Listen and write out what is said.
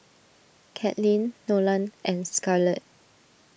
Katlin Nolan and Scarlet